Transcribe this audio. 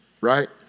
right